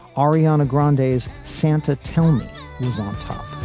ariana grande days santa tell me who's on top